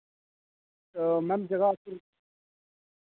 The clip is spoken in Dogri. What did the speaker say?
मैम ज'गा